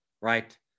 right